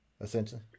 Essentially